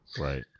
Right